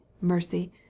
MERCY